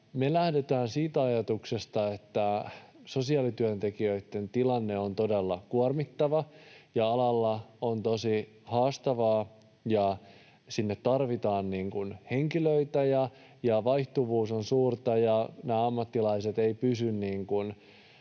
Me lähdetään siitä ajatuksesta, että sosiaalityöntekijöitten tilanne on todella kuormittava ja alalla on tosi haastavaa ja sinne tarvitaan henkilöitä ja vaihtuvuus on suurta ja nämä ammattilaiset eivät jaksa